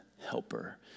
helper